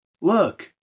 look